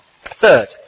Third